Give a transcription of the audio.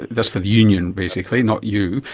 that's for the union, basically, not you.